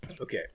Okay